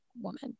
woman